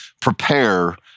prepare